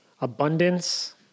abundance